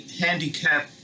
handicap